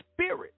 spirit